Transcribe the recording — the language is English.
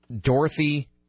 Dorothy